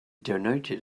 donated